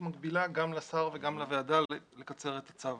מקבילה גם לשר וגם לוועדה לקצר את הצו.